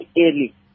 early